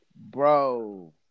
bro